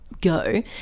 go